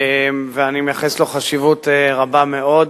ואני מייחס לו חשיבות רבה מאוד.